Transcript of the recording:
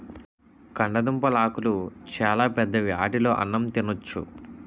కందదుంపలాకులు చాలా పెద్దవి ఆటిలో అన్నం తినొచ్చు